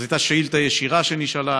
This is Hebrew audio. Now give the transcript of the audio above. זאת הייתה שאילתה ישירה שנשאלה.